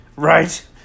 Right